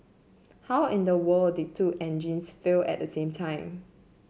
how in the world did two engines fail at the same time